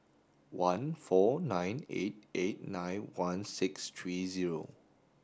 one four nine eight eight nine one six three zero